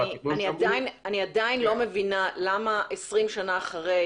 אני עדיין לא מבינה למה 20 שנה אחרי,